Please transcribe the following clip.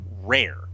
rare